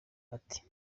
ati